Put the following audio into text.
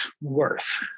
worth